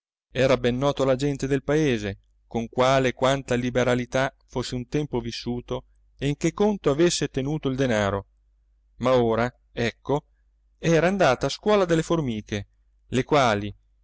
era ben noto alla gente del paese con quale e quanta liberalità fosse un tempo vissuto e in che conto avesse tenuto il denaro ma ora ecco era andato a scuola dalle formiche le quali